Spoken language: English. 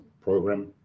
program